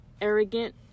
arrogant